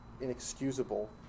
inexcusable